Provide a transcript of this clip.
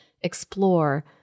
explore